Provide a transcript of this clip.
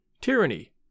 tyranny